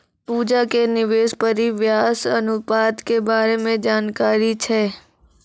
पूजा के निवेश परिव्यास अनुपात के बारे मे जानकारी छै